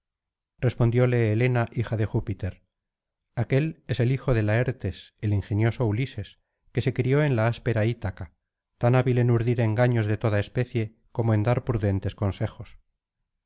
respondióle helena hija de júpiter aquél es el hijo de laertes el ingenioso ulises que se crió en la áspera ítaca tan hábil en urdir engaños de toda especie como en dar prudentes consejos